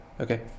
Okay